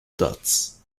dots